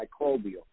microbial